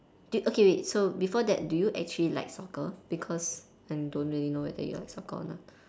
do you okay wait so before that do you actually like soccer because I don't really know whether you like soccer or not